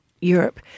Europe